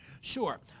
Sure